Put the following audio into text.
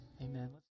amen